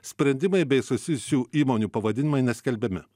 sprendimai bei susijusių įmonių pavadinimai neskelbiami